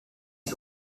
ich